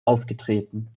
aufgetreten